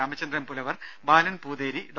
Ramachandran Pulavar Balan Pootheri Dr